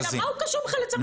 קשור לצו חיפוש?